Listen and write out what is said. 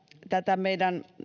tätä meidän